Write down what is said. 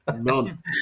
None